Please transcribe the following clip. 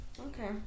okay